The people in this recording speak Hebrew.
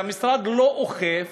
והמשרד לא אוכף,